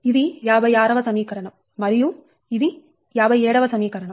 ఇది 56 వ సమీకరణం మరియు ఇది 57 వ సమీకరణం